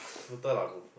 footer lah go